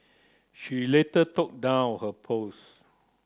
she later took down her post